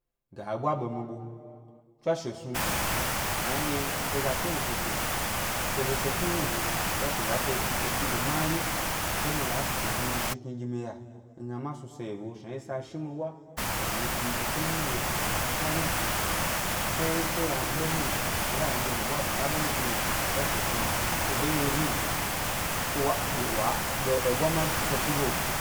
Ga ʻɓwa ɓe mi ɓe, tsawshe snu shnaɗye se ga tsnunyitete se lo se lo ʻpyi hni, tswashe wa se tsi se ʻpyi ge mari, ke mi la kuku zhi mi zhi ʻkni gi mi ʻya ngna ma snu se yebo shnaɗye sa shi mi ʻɓwa ga mi tsi efe nini ge hari se se ya mi ɓe hni m, se ga la mi go ɓwaba nga ɓe hni snu hni, tswashe snu gi ɓenɗye hni, ke wa dye wa be ebwa mari tu se tugo